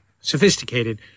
sophisticated